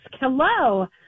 Hello